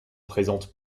présentent